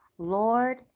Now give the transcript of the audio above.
Lord